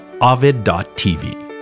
Ovid.tv